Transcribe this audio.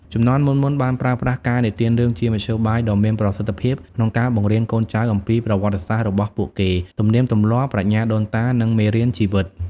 ជំនាន់មុនៗបានប្រើប្រាស់ការនិទានរឿងជាមធ្យោបាយដ៏មានប្រសិទ្ធភាពក្នុងការបង្រៀនកូនចៅអំពីប្រវត្តិសាស្ត្ររបស់ពួកគេ ទំនៀមទម្លាប់ ប្រាជ្ញាដូនតា និងមេរៀនជីវិត។